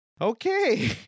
Okay